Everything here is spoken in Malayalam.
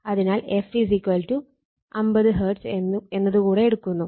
അതിനാൽ f 50 Hz എന്നത് എടുക്കുന്നു